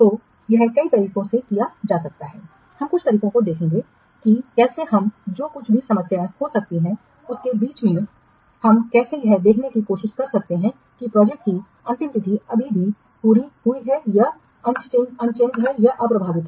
तो यह कई तरीकों से किया जा सकता है हम कुछ तरीकों को देखेंगे कि कैसे हम जो कुछ भी समस्या हो सकती है उसके बीच में हम कैसे यह देखने की कोशिश कर सकते हैं कि प्रोजेक्ट की अंतिम तिथि अभी भी पूरी हुई है यह अप्रभावित है